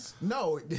No